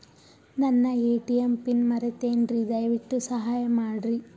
ನನ್ನ ATM PIN ಮರೆತೇನ್ರೀ, ದಯವಿಟ್ಟು ಸಹಾಯ ಮಾಡ್ರಿ